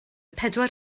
pedwar